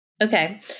Okay